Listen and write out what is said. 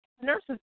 nurse's